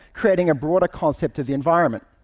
creating a broader concept of the environment.